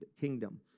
kingdom